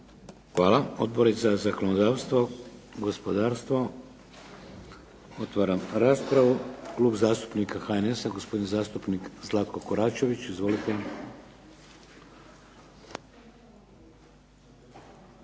Hvala. Odbori za zakonodavstvo, gospodarstvo? Otvaram raspravu. Klub zastupnika HNS-a, gospodin zastupnik Zlatko Koračević. Izvolite.